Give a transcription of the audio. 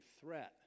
threat